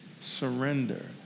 surrender